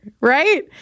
right